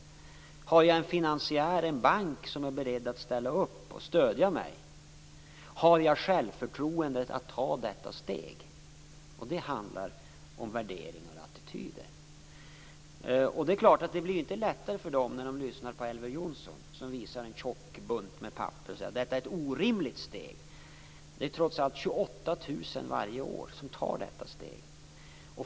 Har jag en finansiär, en bank, som är beredd att ställa upp och stödja mig? Har jag självförtroendet att ta detta steg? Det handlar om värderingar och attityder. Det är klart att det inte blir lättare för dem när de lyssnar till Elver Jonsson, som visar en stor bunt papper och säger: Det här är ett orimligt steg! Det är trots allt 28 000 varje år som tar detta steg.